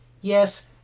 Yes